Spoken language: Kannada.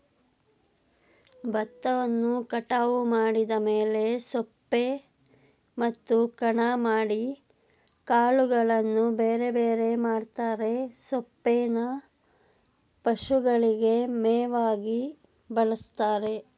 ಬತ್ತವನ್ನು ಕಟಾವು ಮಾಡಿದ ಮೇಲೆ ಸೊಪ್ಪೆ ಮತ್ತು ಕಣ ಮಾಡಿ ಕಾಳುಗಳನ್ನು ಬೇರೆಬೇರೆ ಮಾಡ್ತರೆ ಸೊಪ್ಪೇನ ಪಶುಗಳಿಗೆ ಮೇವಾಗಿ ಬಳಸ್ತಾರೆ